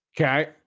Okay